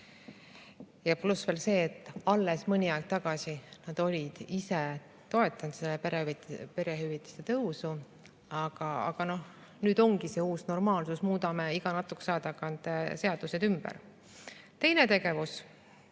Pluss veel see, et alles mõni aeg tagasi nad olid ise toetanud perehüvitiste tõusu. Aga nüüd ongi see uus normaalsus, et muudame iga natukese aja tagant seadused ümber. Teine tegevus: